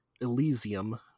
Elysium